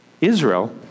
Israel